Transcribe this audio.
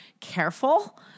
careful